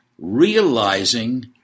realizing